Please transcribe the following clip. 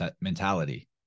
mentality